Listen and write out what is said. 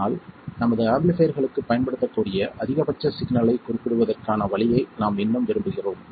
ஆனால் நமது ஆம்பிளிஃபைர்ககளுக்குப் பயன்படுத்தக்கூடிய அதிகபட்ச சிக்னலைக் குறிப்பிடுவதற்கான வழியை நாம் இன்னும் விரும்புகிறோம்